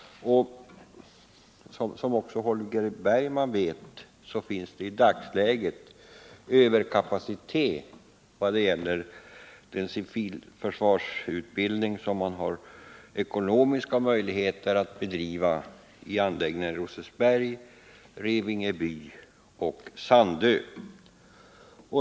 Som också Holger Bergman vet finns det i dagens läge överkapacitet vad gäller den civilförsvarsutbildning som man har ekonomiska möjligheter att bedriva inom anläggningarna i Rosersberg, Revingeby och Sandö.